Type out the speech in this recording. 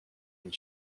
and